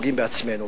פוגעים בעצמנו.